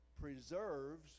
preserves